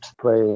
play